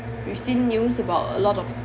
we've seen news about a lot of